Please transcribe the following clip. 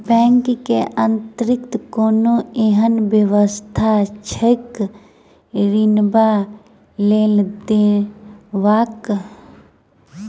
Bank केँ अतिरिक्त कोनो एहन व्यवस्था छैक ऋण वा लोनदेवाक?